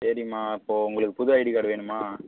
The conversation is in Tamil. சரிம்மா அப்போது உங்களுக்கு புது ஐடி கார்டு வேணுமா